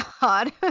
God